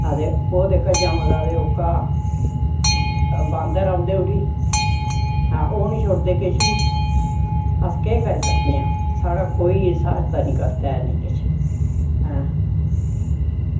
ते ओह् जेह्का जम्मदा ते ओह्का बांदर औंदे उट्ठी आं ओह् निं छुड़दे किश बी अस केह् करी सकने आं साढ़ा कोई सहायता निं करदा ऐ नेईं किश